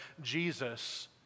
Jesus